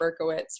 Berkowitz